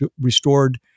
restored